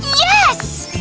yes!